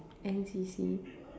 N_C_C